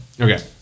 Okay